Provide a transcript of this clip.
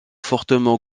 fortement